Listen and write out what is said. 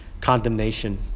condemnation